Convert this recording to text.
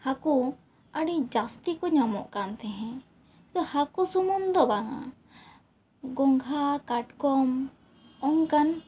ᱦᱟᱹᱠᱩ ᱟᱹᱰᱤ ᱡᱟᱥᱛᱤ ᱠᱚ ᱧᱟᱢᱚᱜ ᱠᱟᱱ ᱛᱟᱦᱮᱸ ᱛᱚ ᱦᱟᱹᱠᱩ ᱥᱩᱢᱩᱝ ᱫᱚ ᱵᱟᱝᱟ ᱜᱚᱝᱜᱷᱟ ᱠᱟᱴᱠᱚᱢ ᱚᱱᱠᱟᱱ